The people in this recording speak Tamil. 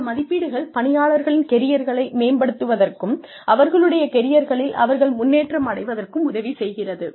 இந்த மதிப்பீடுகள் பணியாளர்களின் கெரியர்களை மேம்படுத்துவதற்கும் அவர்களுடைய கெரியர்களில் அவர்கள் முன்னேற்றம் அடைவதற்கும் உதவி செய்கிறது